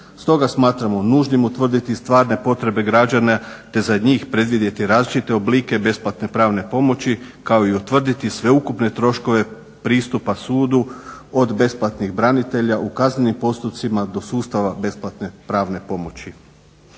Stoga smatramo nužnim utvrditi stvarne potrebe građana te za njih predvidjeti različite oblike besplatne pravne pomoći kao i utvrditi sveukupne troškove pristupa sudu od besplatnih branitelja u kaznenim postupcima do sustava besplatne pravne pomoći.